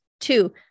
Two